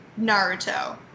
naruto